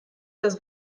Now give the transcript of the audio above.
das